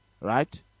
Right